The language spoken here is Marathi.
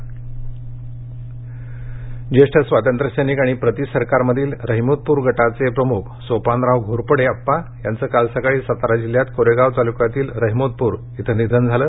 निधन ज्येष्ठ स्वातंत्र्यसैनिक आणि प्रतिसरकार मधील रहिमतपुर गटाचे प्रमुख सोपानराव घोरपडे आप्पा यांचं काल सकाळी सातारा जिल्ह्यात कोरेगांव तालुक्यातील रहिमतपूर इथ निधन झालं